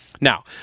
Now